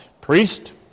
Priest